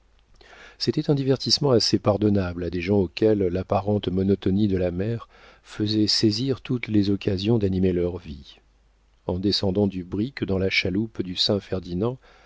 c'était un divertissement assez pardonnable à des gens auxquels l'apparente monotonie de la mer faisait saisir toutes les occasions d'animer leur vie en descendant du brick dans la chaloupe du saint ferdinand